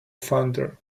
fonder